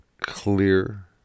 clear